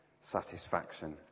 satisfaction